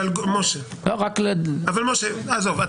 משה, עזוב.